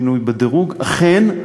שינוי בדירוג: אכן,